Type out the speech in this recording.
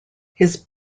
his